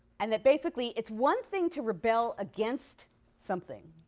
and that basically it's one thing to rebel against something,